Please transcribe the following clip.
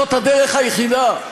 זאת הדרך היחידה.